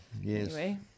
Yes